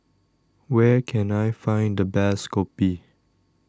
where can I find the best Kopi